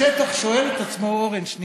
השטח שואל את עצמו, אורן, שנייה,